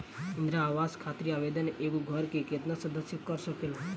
इंदिरा आवास खातिर आवेदन एगो घर के केतना सदस्य कर सकेला?